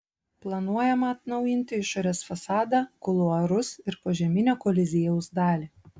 planuojama atnaujinti išorės fasadą kuluarus ir požeminę koliziejaus dalį